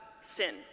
sin